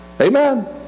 Amen